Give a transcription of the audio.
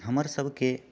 हमर सभकेँ